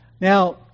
Now